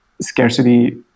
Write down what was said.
scarcity